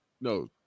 No